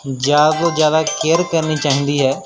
ਜ਼ਿਆਦਾ ਤੋਂ ਜ਼ਿਆਦਾ ਕੇਅਰ ਕਰਨੀ ਚਾਹੀਦੀ ਹੈ